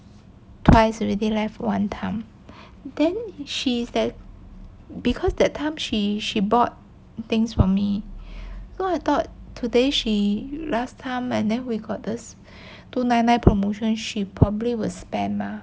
twice already left one time then she is that because that time she she bought things from me so I thought today she last time and then we got the two nine nine promotion she probably will spend mah